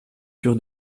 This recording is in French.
sur